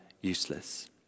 useless